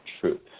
truth